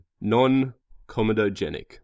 Non-comedogenic